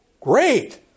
great